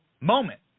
moment